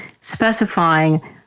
specifying